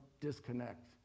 disconnect